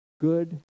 good